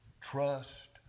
trust